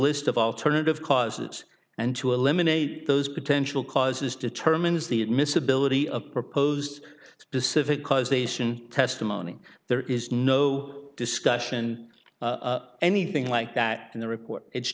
list of alternative causes and to eliminate those potential causes determines the admissibility of proposed specific causation testimony there is no discussion of anything like that in the report it's